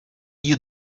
you